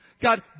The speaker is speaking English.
God